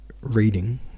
reading